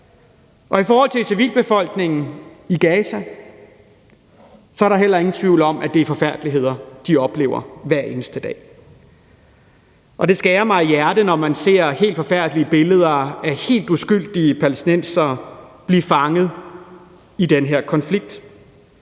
I forhold til civilbefolkningen i Gaza er der heller ingen tvivl om, at det er forfærdeligheder, de oplever hver eneste dag, og det skærer mig i hjertet, når jeg ser helt forfærdelige billeder af helt uskyldige palæstinensere blive fanget i den her konflikt.